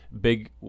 big